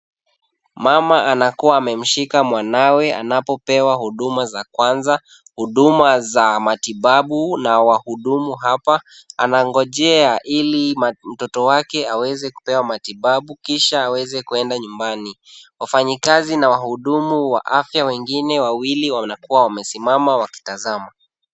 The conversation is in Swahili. Mama anakuwa amemshika mwanawe anapopewa huduma za kwanza, huduma za matibabu na wahudumu hapa. Anangojea ili mtoto wake aweze kupewa matibabu kisha aweze kuenda nyumbani. Wafanyikazi na wahudumu wa afya wengine wawili wanakuwa wamesimama wakitazama.